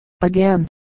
Again